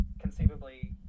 conceivably